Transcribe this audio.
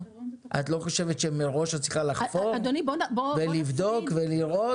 את לא חושבת שמראש את צריכה לחפור ולבדוק ולראות?